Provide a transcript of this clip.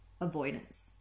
Avoidance